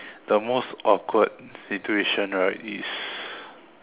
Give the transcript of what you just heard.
the most awkward situation right is